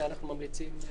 בסדר.